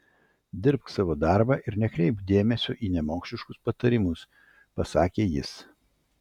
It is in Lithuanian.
dirbk savo darbą ir nekreipk dėmesio į nemokšiškus patarimus pasakė jis